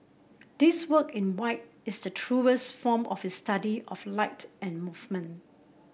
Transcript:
this work in white is the truest form of his study of light and movement